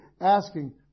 asking